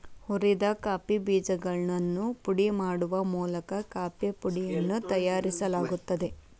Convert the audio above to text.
ಹುರಿದ ಕಾಫಿ ಬೇಜಗಳನ್ನು ಪುಡಿ ಮಾಡುವ ಮೂಲಕ ಕಾಫೇಪುಡಿಯನ್ನು ತಯಾರಿಸಲಾಗುತ್ತದೆ